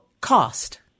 cost